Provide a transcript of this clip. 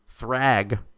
Thrag